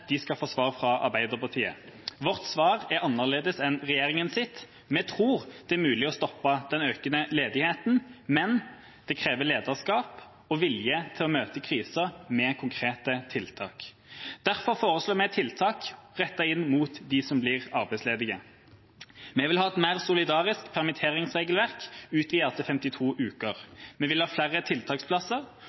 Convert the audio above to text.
de skal få svar fra Arbeiderpartiet. Vårt svar er annerledes enn regjeringas. Vi tror det er mulig å stoppe den økende ledigheten, men det krever lederskap og vilje til å møte krisa med konkrete tiltak. Derfor foreslår vi tiltak rettet inn mot dem som blir arbeidsledige. Vi vil ha et mer solidarisk permitteringsregelverk, utvidet til 52 uker, vi vil ha flere tiltaksplasser,